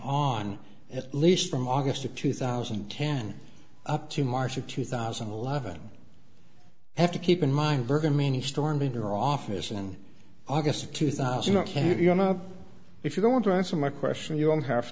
on at least from august of two thousand and ten up to march of two thousand and eleven have to keep in mind bergen maney stormed into her office in august of two thousand ok if you're not if you don't want to answer my question you don't have